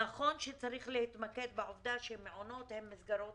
נכון שצריך להתמקד בעובדה שמעונות הן מסגרות